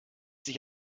sich